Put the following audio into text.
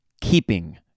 keeping